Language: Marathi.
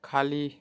खाली